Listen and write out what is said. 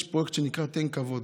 יש פרויקט שנקרא "תן כבוד".